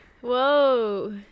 whoa